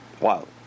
Wow